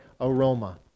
aroma